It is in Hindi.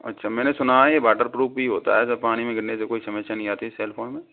अच्छा मैंने सुना है ये वॉटरप्रूफ भी होता है सर पानी में गिरने से कोई समस्या नहीं आती सेल फ़ोन में